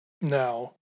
Now